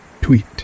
tweet